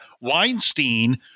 Weinstein